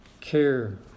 care